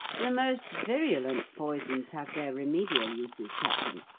the most virulent poisons have their remedial uses, captain,